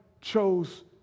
chose